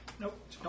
Nope